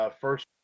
First